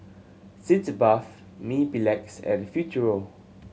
Sitz Bath Mepilex and Futuro